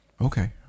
Okay